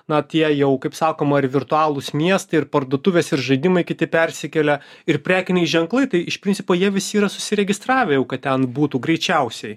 na tie jau kaip sakoma ir virtualūs miestai ir parduotuvės ir žaidimai kiti persikelia ir prekiniai ženklai tai iš principo jie visi yra susiregistravę kad ten būtų greičiausiai